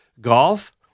golf